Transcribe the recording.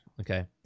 Okay